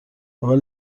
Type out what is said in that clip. اول